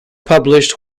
published